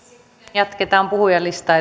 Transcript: jatketaan puhujalistaa